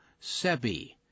Sebi